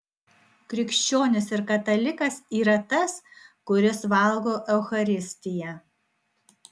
krikščionis ir katalikas yra tas kuris valgo eucharistiją